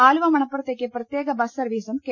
ആലുവ മണപ്പുറത്തേക്ക് പ്രത്യേക ബസ് സർവീസും കെ